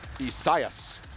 Isaias